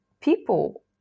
people